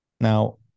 Now